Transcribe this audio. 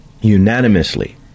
unanimously